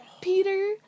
Peter